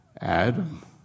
Adam